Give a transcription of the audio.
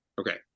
Okay